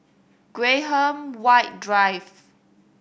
Graham White Drive